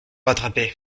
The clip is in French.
rattraper